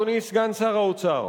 אדוני סגן שר האוצר,